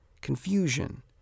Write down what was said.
confusion